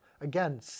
Again